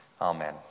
Amen